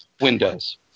Windows